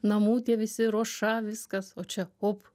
namų tie visi ruoša viskas o čia op